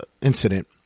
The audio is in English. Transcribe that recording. incident